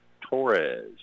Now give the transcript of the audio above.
Torres